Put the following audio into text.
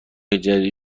جدید